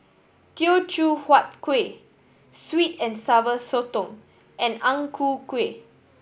Teochew Huat Kueh sweet and Sour Sotong and Ang Ku Kueh